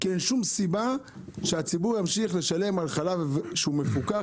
כי אין שום סיבה שהציבור ימשיך לשלם על חלב שהוא מפוקח,